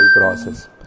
process